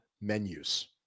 menus